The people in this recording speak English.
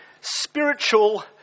spiritual